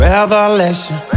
Revelation